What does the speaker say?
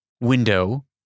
window